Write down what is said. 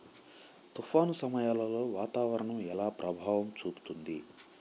తుఫాను సమయాలలో వాతావరణం ఎలా ప్రభావం చూపుతుంది?